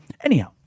Anyhow